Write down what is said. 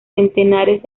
centenares